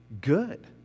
good